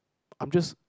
I'm just